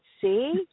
see